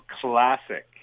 classic